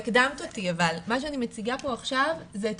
הקדמת אותי אבל מה שאני מציגה פה עכשיו זה את